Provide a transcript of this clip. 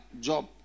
job